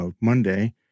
Monday